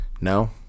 No